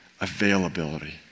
Availability